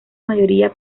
mayoría